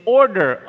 order